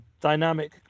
dynamic